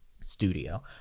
studio